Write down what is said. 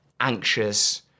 anxious